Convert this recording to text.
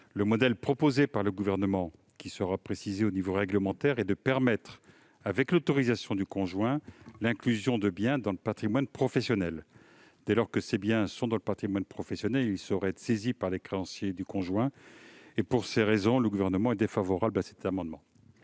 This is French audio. Le modèle proposé par le Gouvernement, qui sera précisé au niveau réglementaire, est de permettre, avec l'autorisation du conjoint, l'inclusion de biens dans le patrimoine professionnel. Dès lors que ces biens sont dans le patrimoine professionnel, ils ne sauraient être saisis par les créanciers du conjoint. Le Gouvernement est donc défavorable à cet amendement.